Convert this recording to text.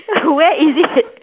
where is it